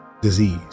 disease